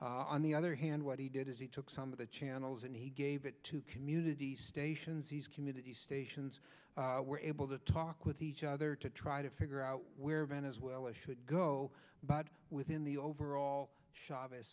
c on the other hand what he did is he took some of the channels and he gave it to community stations these community stations were able to talk with each other to try to figure out where ben as well it should go but within the overall chavez